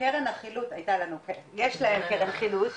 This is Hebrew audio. יש להם קרן חילוט,